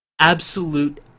Absolute